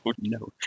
no